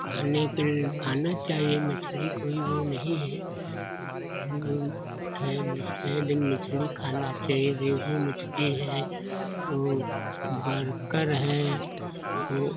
खाने के खाना चाहिए मछली कोई वह नहीं है हम लोग दूसरे दिन मछली खाना चाहिए रेहू मछली है ओ बरकर है ओ